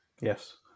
Yes